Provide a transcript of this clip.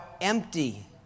empty